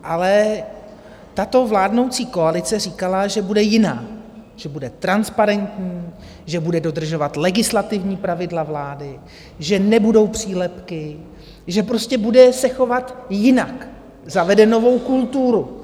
Ale tato vládnoucí koalice říkala, že bude jiná, že bude transparentní, že bude dodržovat legislativní pravidla vlády, že nebudou přílepky, že prostě se bude chovat jinak, zavede novou kulturu.